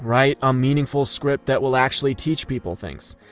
write a meaningful script that will actually teach people things.